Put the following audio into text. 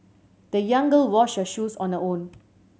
the young girl washed her shoes on her own